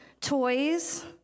toys